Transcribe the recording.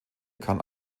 kann